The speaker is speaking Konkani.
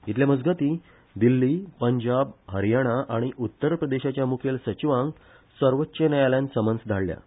इतल्यामजगती दिल्ली पंजाब हरयाणा आनी उत्तर प्रदेशाच्या मुखेल सचिवांक सर्वोच्च न्यायालयान समन्स धाडल्यात